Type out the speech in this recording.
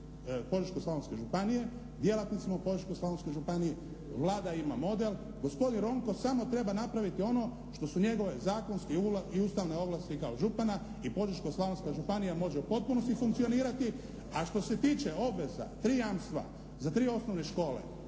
Požeško-slavonske županije, djelatnicima u Požeško-slavonskoj županiji Vlada ima model, gospodin Ronko samo treba napraviti ono što su njegove zakonske i ustavne ovlasti kao župana i Požeško-slavonska županija može u potpunosti funkcionirati. A što se tiče obveza, tri jamstva za tri osnovne škole